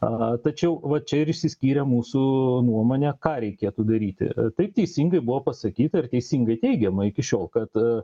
aha tačiau va čia ir išsiskyrė mūsų nuomonė ką reikėtų daryti taip teisingai buvo pasakyta ir teisingai teigiama iki šiol kad